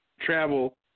travel